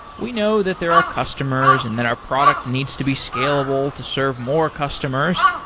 we know that there are customers and that our product needs to be scalable to serve more customers.